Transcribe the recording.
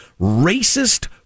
racist